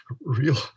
real